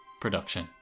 production